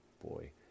boy